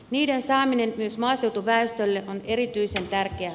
niiden saaminen myös maaseutuväestölle on erityisen tärkeää